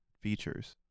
features